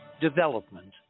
development